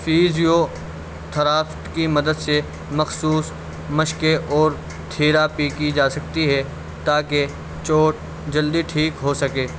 physio therapy کی مدد سے مخصوص مشکیں اور تھیراپی کی جا سکتی ہے تاکہ چوٹ جلدی ٹھیک ہو سکے